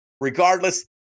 regardless